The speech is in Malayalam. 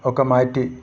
ഒക്കെ മാറ്റി